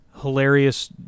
hilarious